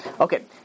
Okay